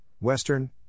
western